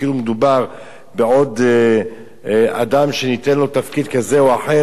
כאילו מדובר בעוד אדם שניתן לו תפקיד כזה או אחר,